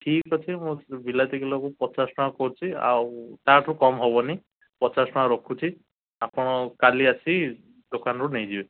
ଠିକ୍ ଅଛି ମୁଁ ବିଲାତି କିଲୋକୁ ପଚାଶ ଟଙ୍କା କରୁଛି ଆଉ ତା' ଠୁ କମ୍ ହେବନି ପଚାଶ ଟଙ୍କା ରଖୁଛି ଆପଣ କାଲି ଆସି ଦୋକାନରୁ ନେଇଯିବେ